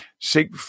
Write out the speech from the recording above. seek